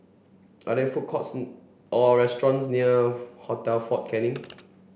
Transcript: are there food courts or restaurants near Hotel Fort Canning